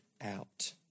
out